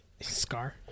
Scar